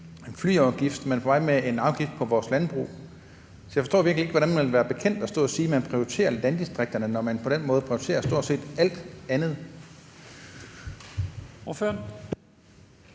man også er på vej med en afgift på vores landbrug, så forstår jeg ikke, hvordan man vil være bekendt at stå og sige, at man prioriterer landdistrikterne, når man på den måde prioriterer stort set alt andet.